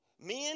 Men